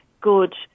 good